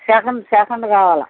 second second కావాలి